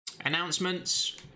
announcements